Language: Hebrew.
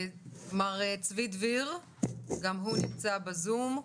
מר צבי דביר, גם הוא נמצא בזום,